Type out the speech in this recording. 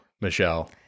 Michelle